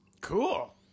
Cool